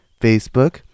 Facebook